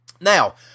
Now